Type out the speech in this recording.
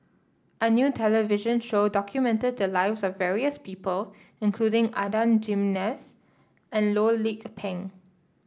a new television show documented the lives of various people including Adan Jimenez and Loh Lik Peng